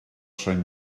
sant